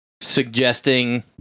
suggesting